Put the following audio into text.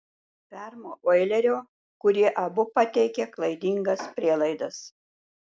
ferma oilerio kurie abu pateikė klaidingas prielaidas